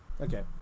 okay